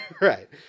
Right